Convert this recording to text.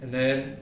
and then